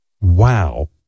wow